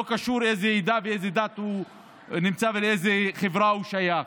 לא קשור באיזו עדה ובאיזו דת הוא נמצא ולאיזו חברה הוא שייך.